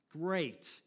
great